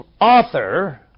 author